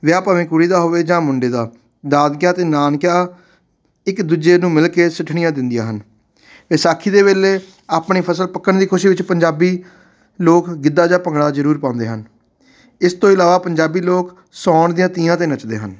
ਵਿਆਹ ਭਾਵੇਂ ਕੁੜੀ ਦਾ ਹੋਵੇ ਜਾਂ ਮੁੰਡੇ ਦਾ ਦਾਦਕਿਆਂ ਅਤੇ ਨਾਨਕਿਆਂ ਇੱਕ ਦੂਜੇ ਨੂੰ ਮਿਲ ਕੇ ਸਿੱਠਣੀਆਂ ਦਿੰਦੀਆਂ ਹਨ ਵਿਸਾਖੀ ਦੇ ਵੇਲੇ ਆਪਣੀ ਫਸਲ ਪੱਕਣ ਦੀ ਖੁਸ਼ੀ ਵਿੱਚ ਪੰਜਾਬੀ ਲੋਕ ਗਿੱਧਾ ਜਾਂ ਭੰਗੜਾ ਜ਼ਰੂਰ ਪਾਉਂਦੇ ਹਨ ਇਸ ਤੋਂ ਇਲਾਵਾ ਪੰਜਾਬੀ ਲੋਕ ਸਾਉਣ ਦੀਆਂ ਤੀਆਂ 'ਤੇ ਨੱਚਦੇ ਹਨ